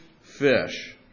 fish